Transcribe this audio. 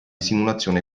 simulazione